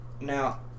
Now